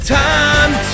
time